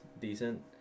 decent